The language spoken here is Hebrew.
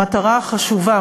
המטרה החשובה,